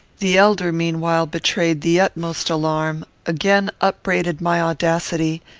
the elder, meanwhile, betrayed the utmost alarm, again upbraided my audacity,